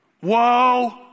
Whoa